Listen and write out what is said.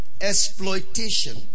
Exploitation